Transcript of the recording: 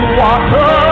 water